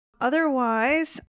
Otherwise